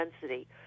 density